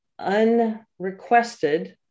unrequested